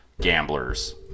gamblers